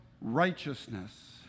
righteousness